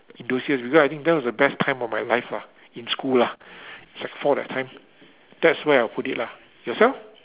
because I think that was the best time of my life lah in school lah sec four that time that's where I'll put it lah yourself